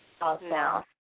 now